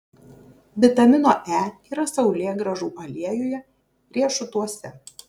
vitamino e yra saulėgrąžų aliejuje riešutuose